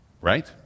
Right